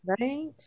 Right